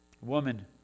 Woman